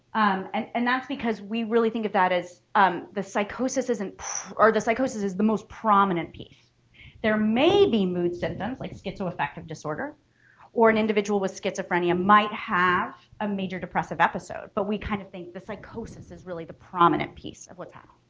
and that's because we really think of that as um the psychosis isn't or the psychosis is the most prominent piece there may be mood symptoms like schizoaffective disorder or an individual with schizophrenia might have a major depressive episode but we kind of think the psychosis is really the prominent piece of what's happening,